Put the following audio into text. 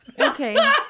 okay